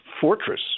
fortress